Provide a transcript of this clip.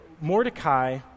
Mordecai